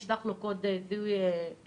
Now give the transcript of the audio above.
נשלח לו קוד זיהוי לטלפון.